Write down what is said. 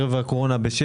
ערב הקורונה.